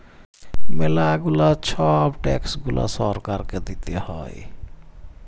ম্যালা গুলা ছব ট্যাক্স গুলা সরকারকে দিতে হ্যয়